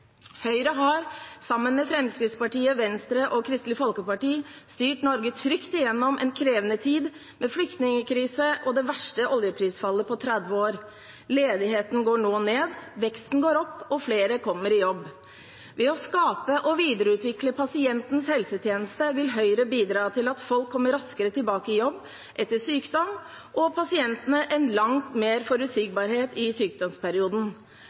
Høyre har, sammen med Fremskrittspartiet, Venstre og Kristelig Folkeparti, styrt Norge trygt gjennom en krevende tid med flyktningkrise og det verste oljeprisfallet på 30 år. Ledigheten går nå ned, veksten går opp, og flere kommer i jobb. Ved å skape og videreutvikle pasientens helsetjeneste vil Høyre bidra til at folk kommer raskere tilbake i jobb etter sykdom og gi pasientene langt mer forutsigbarhet i sykdomsperioden.